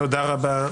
תודה רבה.